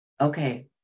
okay